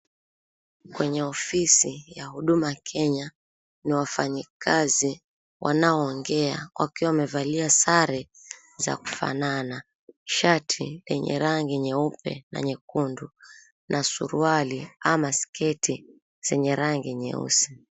Kwenye ofisi ya Huduma Kenya ni wafanyikazi wanaoongea wakiwa wamevalia sare za kufanana. Shati yenye rangi nyeupe na nyekundu na suruali ama sketi zenye rangi nyeusi.